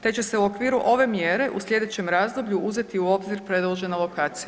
te će se u okviru ove mjere u sljedećem razdoblju uzeti u obzir predložena lokacija.